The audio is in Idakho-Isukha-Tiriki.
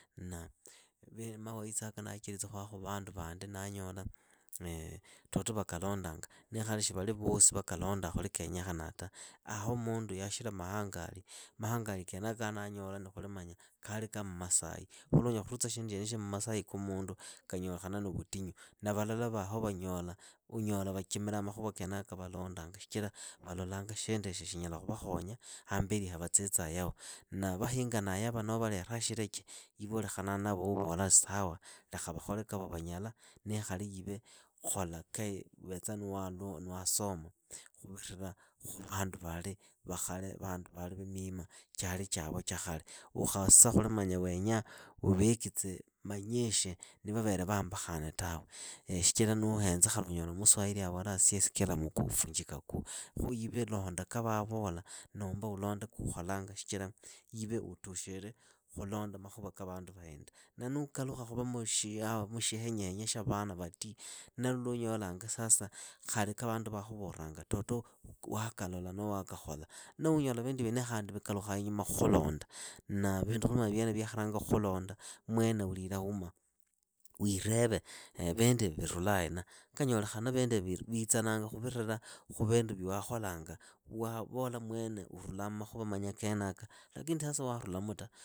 Na mawaitsaka ndachelitsa khuhakhu vandu vandi ndanyola toto vakalondanga nikhali shi vali vosi vakalondaa khuli kenyekhanaa ta, aho mundu yashira mahangali, mahangali kenaka a ndanyola manya ni khuli manya kali ka mmasai. Khuki unyala khurulista shindu shyenishi mmasai ka mundu kanyolekhana ni vutinyu. Na valala vaho vanyola. unyola vachimiraa makhuva kenaka valondanga shichira valolanga shinduishi shinyala khuvakhonya hamberi havatsitsaa yaho. Na vahinganaa yava noo valeraa shileche, iwe ulekhanaa navo uvola sawa lekha vakhole kavovanyala niikhali iwe khola ka uvetsaa niwasoma khuvirila khuvandu vali va khale, vandu vali va miima chali chavo cha khale. Ukhasa khuli manya wenya uveekitse manyishi ni vavere vaambakhane tawe. Shichira nuuhenza unyola khali muswahili avolaa 'asiye sikia la mkuu huvunjika guu'. Khu ive londa ka vavola noomba ulonde kuukholanga shichira ive utushire khulonda makhuva ka vandu vahinda. Na nuukalukha khuva mushihenyehenye shya vana vati nee luunyolanga sasa khaki ka vandu vakhuvoranga toto waakalola noho wakakhola. Noho unyola vindu vyenevo khandi vikalukhaa inyuma khulonda. Na vindu khuli vyenevo vyakharanga khulonda mwene uliilauma, wiireve vinduivi virula hena. Akanyolekhana vinduivi viitsa khuvirila khu vindu vya waakholanga. Waavola mwene urulaa mmakhuva manya kenaka lakini sasa waarulamu ta.